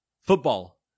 Football